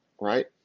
Right